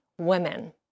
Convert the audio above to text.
women